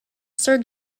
sir